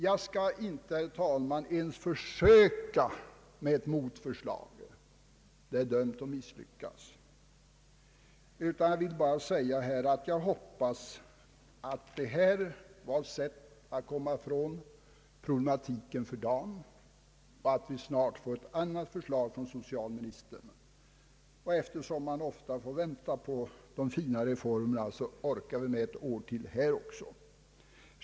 Jag skall inte, herr talman, ens försöka komma med ett motförslag — det är dömt att misslyckas — utan jag vill bara säga att jag hoppas att det här var ett sätt att komma ifrån problematiken för dagen och att vi snart får ett annat förslag från socialministern. Eftersom man ofta får vänta på de fina reformerna, orkar vi med ett år till här också.